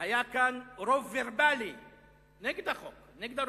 היה כאן רוב ורבלי נגד החוק, נגד הרפורמה,